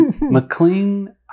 McLean